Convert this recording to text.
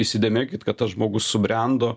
įsidėmėkit kad tas žmogus subrendo